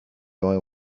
oil